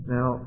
Now